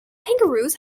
kangaroos